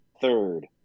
Third